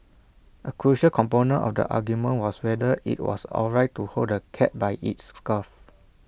A crucial component of the argument was whether IT was alright to hold the cat by its scruff